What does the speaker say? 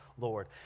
Lord